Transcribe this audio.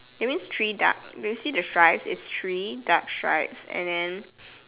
that means three dark when you see the stripes it's three dark stripes and then